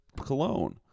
cologne